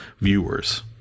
viewers